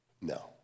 No